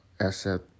asset